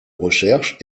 recherche